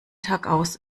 tagaus